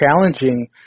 challenging